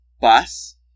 Bus